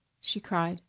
she cried,